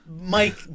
Mike